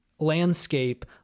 landscape